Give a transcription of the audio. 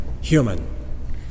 human